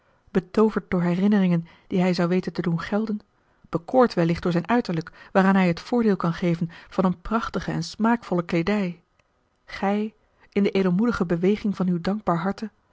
betooverd door herinneringen die hij zou weten te doen gelden bekoord wellicht door zijn uiterlijk waara l g bosboom-toussaint de delftsche wonderdokter eel hij het voordeel kan geven van eene prachtige en smaakvolle kleedij gij in de edelmoedige beweging van uw dankbaar harte